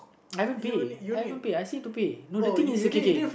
I have pay I haven't pay I still have to pay no the thing is K K